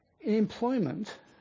Employment